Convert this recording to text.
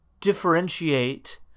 differentiate